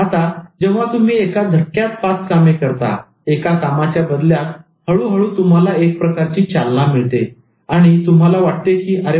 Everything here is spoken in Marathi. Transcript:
आता जेव्हा तुम्ही एका झटक्यात पाच कामे करता एका कामाच्या बदल्यात आणि हळूहळू तुम्हाला एक प्रकारची चालना मिळते आणि तुम्हाला वाटते की अरे वा